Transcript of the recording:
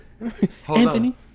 Anthony